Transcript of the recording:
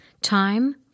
Time